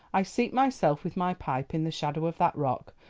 i seat myself with my pipe in the shadow of that rock,